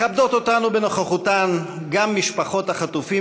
מכבדות אותנו בנוכחותן גם משפחות החטופים